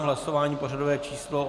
Hlasování pořadové číslo 87.